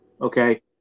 okay